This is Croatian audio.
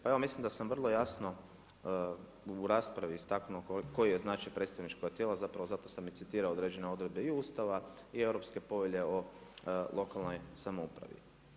Pa evo mislim da sam vrlo jasno u raspravi istaknuo koji je značaj predstavničkog tijela zapravo zato sam i citirao određene odredbe i Ustava i Europske povelje o lokalnoj samoupravi.